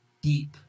deep